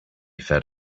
fed